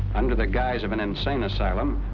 under the guise of an insane asylum,